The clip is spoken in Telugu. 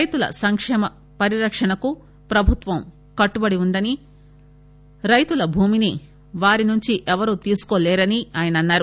రైతుల సంక్షేమ పరిరక్షణకు ప్రభుత్వం కట్టుబడి ఉందని రైతుల భూమిని వారి నుంచి ఎవరూ తీసుకోలేరని ఆయన అన్నారు